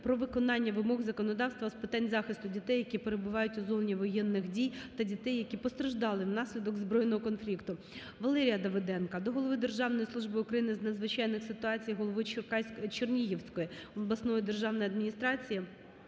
про виконання вимог законодавства з питань захисту дітей, які перебувають у зоні воєнних дій, та дітей, які постраждали внаслідок збройного конфлікту. Валерія Давиденка до голови Державної служби України з надзвичайних ситуацій, голови Чернігівської обласної державної адміністрації